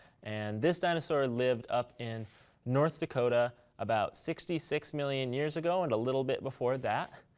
and this dinosaur lived up in north dakota about sixty six million years ago and a little bit before that.